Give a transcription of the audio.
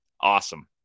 Awesome